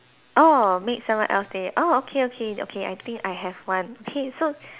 orh make someone else day orh okay okay okay I think I have one okay so